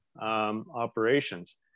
operations